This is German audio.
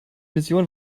mission